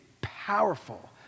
powerful